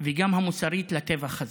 וגם המוסרית, לטבח הזה.